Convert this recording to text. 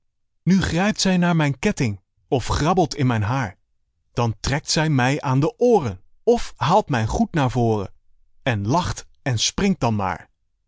nu grijpt zij naar mijn ketting of grabbelt in mijn haar dan trekt ze mij aan de ooren of haalt mijn goed naar voren en lacht en springt dan maar